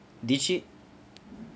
digit